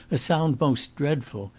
a sound most dreadful.